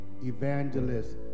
Evangelist